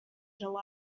july